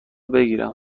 بگیرم